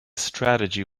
strategy